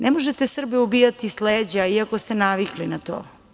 Ne možete Srbe ubijati s leđa, iako ste navikli na to.